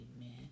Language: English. Amen